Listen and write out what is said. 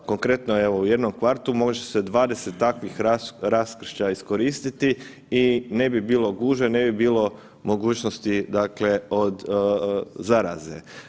Konkretno evo u jednom kvartu može se 20 takvih raskršća iskoristiti i ne bi bilo gužve, ne bi bilo mogućnosti, dakle od zaraze.